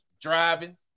driving